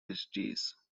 justice